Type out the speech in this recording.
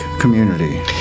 community